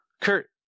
Kurt